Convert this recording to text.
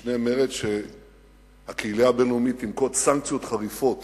במשנה מרץ שהקהילה הבין-לאומית תנקוט סנקציות חריפות